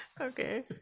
Okay